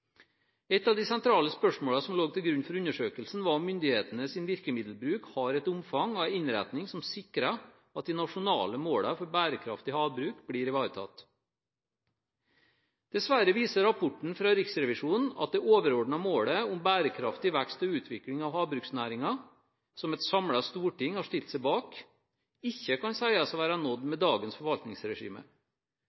Et av de sentrale spørsmålene som lå til grunn for undersøkelsen, var om myndighetenes virkemiddelbruk har et omfang og en innretning som sikrer at de nasjonale målene for bærekraftig havbruk blir ivaretatt. Dessverre viser rapporten fra Riksrevisjonen at det overordnede målet om bærekraftig vekst og utvikling av havbruksnæringen, som et samlet storting har stilt seg bak, ikke kan sies å være nådd